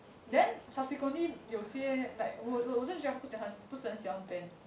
then subsequently 有些 like 我就觉得他不是很喜欢 ben